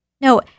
No